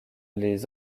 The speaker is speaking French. les